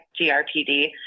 GRPD